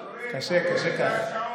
קשה, קשה כך.